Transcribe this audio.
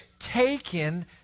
taken